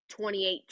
2018